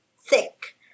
thick